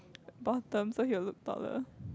bottom so he will look taller